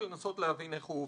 לנסות להבין איך הוא עובד.